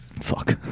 Fuck